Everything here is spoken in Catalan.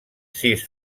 sis